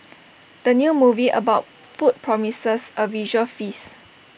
the new movie about food promises A visual feast